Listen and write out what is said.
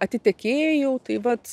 atitekėjau tai vat